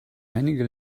einige